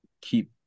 keep